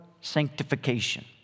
sanctification